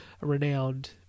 renowned